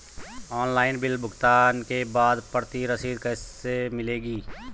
Online bill भुगतान के बाद प्रति रसीद कैसे मिलेगी?